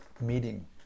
meeting